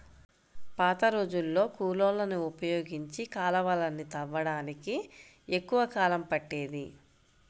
పాతరోజుల్లో కూలోళ్ళని ఉపయోగించి కాలవలని తవ్వడానికి ఎక్కువ కాలం పట్టేది